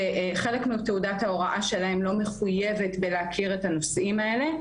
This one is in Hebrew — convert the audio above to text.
זה חלק מתעודת ההוראה שלהם לא מחויבת בלהכיר את הנושאים האלה,